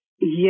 Yes